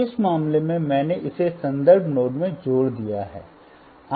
अब इस मामले में मैंने इसे संदर्भ नोड से जोड़ दिया है